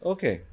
Okay